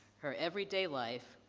her every day life,